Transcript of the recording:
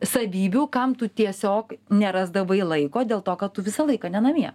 savybių kam tu tiesiog nerasdavai laiko dėl to kad tu visą laiką ne namie